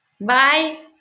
Bye